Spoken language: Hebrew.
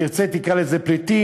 תרצה, תקרא לזה "פליטים".